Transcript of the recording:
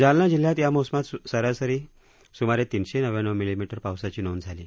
जालना जिल्ह्यात या मोसमात सरासरी सुमारे तिनशे नव्व्याण्णव मिली मीटर पावसाची नोंद झाली आहे